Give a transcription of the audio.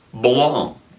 belong